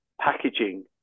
packaging